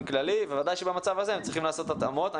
כללי ובוודאי שבמצב הזה הם צריכים לעשות התאמות.